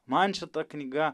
man šita knyga